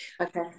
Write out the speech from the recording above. okay